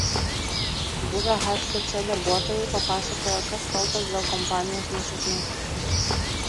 buvę htc darbuotojai papasakojo kas kaltas dėl kompanijos nesėkmių